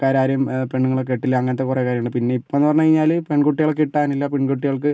ആൾക്കാരാരും പെണ്ണുങ്ങളെ കെട്ടില്ല അങ്ങനത്തെ കുറെ കാര്യങ്ങളുണ്ട് പിന്നെ ഇപ്പമെന്ന് പറഞ്ഞു കഴിഞ്ഞാൽ പെൺകുട്ടികളെ കിട്ടാനില്ല പെൺകുട്ടികൾക്ക്